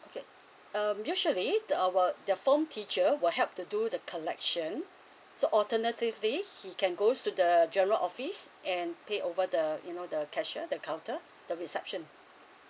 okay um usually the our their form teacher will help to do the collection so alternatively he can goes to the general office and pay over the you know the cashier the counter the reception